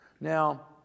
Now